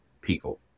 people